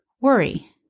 worry